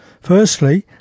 Firstly